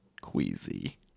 queasy